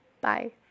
Bye